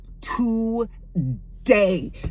today